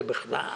זה בכלל.